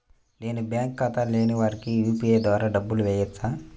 నేను బ్యాంక్ ఖాతా లేని వారికి యూ.పీ.ఐ ద్వారా డబ్బులు వేయచ్చా?